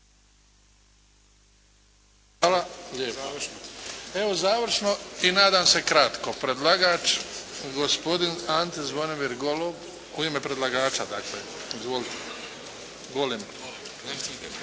Hvala lijepa. Evo završno i nadam se kratko. Predlagač gospodin Ante Zvonimir Golem, u ime predlagača dakle, izvoli, Golem.